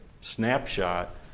snapshot